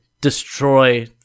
destroy